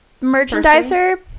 merchandiser